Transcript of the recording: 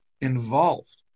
involved